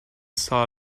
saw